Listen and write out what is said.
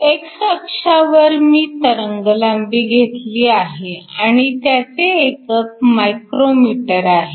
x अक्षावर मी तरंगलांबी घेतली आहे आणि त्याचे एकक मायक्रोमीटर आहे